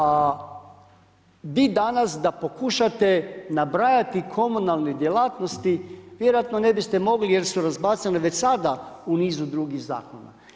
A vi danas da pokušate nabrajati komunalne djelatnosti vjerojatno ne biste mogli, jer su razbacane već sada u nizu drugih zakona.